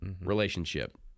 relationship